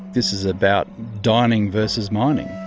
this is about dining versus mining.